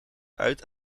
uit